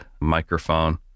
microphone